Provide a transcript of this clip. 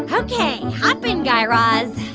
ok, hop in, guy raz